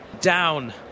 down